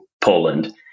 Poland